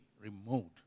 removed